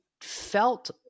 felt